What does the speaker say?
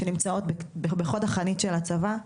שנמצאות בחוד החנית של הצבא,